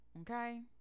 okay